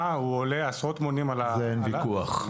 הוא עולה עשרות מונים- -- אין ויכוח.